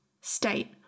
state